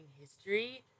history